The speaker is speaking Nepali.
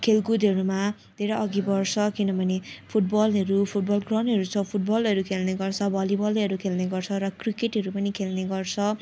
खेलकुदहरूमा धेरै अघि बढ्छ किनभने फुटबलहरू फुटबल ग्राउन्डहरू छ फुटबलहरू खेल्ने गर्छ भलिबलहरू खेल्ने गर्छ क्रिकेटहरू पनि खेल्ने गर्छ